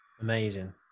amazing